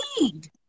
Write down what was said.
need